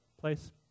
place